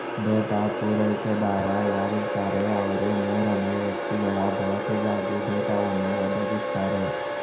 data ಪೂರೈಕೆದಾರ ಯಾರಿರ್ತಾರೆ ಅವ್ರು ಮೂರನೇ ವ್ಯಕ್ತಿಗಳ ಬಳಕೆಗಾಗಿ ಡೇಟಾವನ್ನು ಒದಗಿಸ್ತಾರೆ